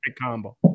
combo